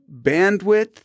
bandwidth